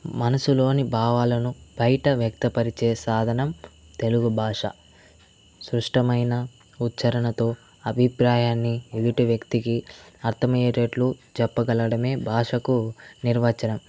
మనసులోని భావాలను బయట వ్యక్తపరిచే సాధనం తెలుగు భాష స్పష్టమైన ఉచ్ఛరణతో అభిప్రాయాన్ని ఎదుటి వ్యక్తికి అర్థమయ్యేటట్లు చెప్పగలడమే భాషకు నిర్వచనం